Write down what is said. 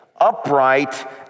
upright